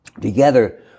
together